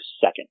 second